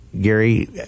Gary